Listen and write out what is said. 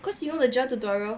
cause you know the J_E_R tutorial